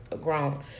grown